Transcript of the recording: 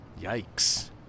Yikes